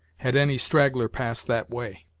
had any straggler passed that way.